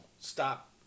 stop